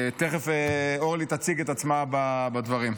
תכף אורלי תציג את עצמה בדברים.